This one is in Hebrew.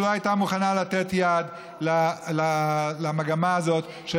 שלא הייתה מוכנה לתת יד למגמה הזאת של